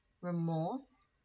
remorse